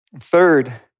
Third